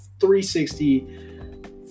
360